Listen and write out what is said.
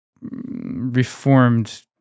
Reformed